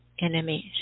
enemies